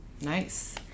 Nice